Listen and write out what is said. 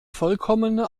vollkommene